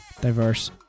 diverse